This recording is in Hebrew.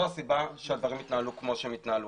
הסיבה שהדברים התנהלו כמו שהם התנהלו.